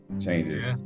changes